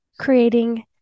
creating